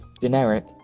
generic